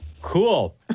Cool